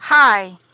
Hi